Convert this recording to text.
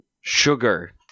sugar